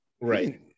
Right